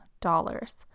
dollars